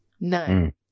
None